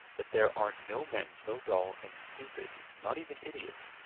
that there are no men so dull and stupid, not even idiots,